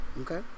okay